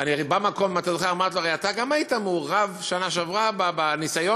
הרי במקום אמרתי לו: הרי גם אתה היית מעורב בשנה שעברה בניסיון